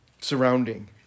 surrounding